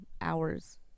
hours